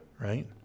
Right